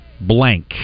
blank